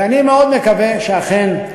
ואני מאוד מקווה שאכן,